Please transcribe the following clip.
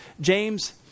James